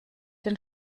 den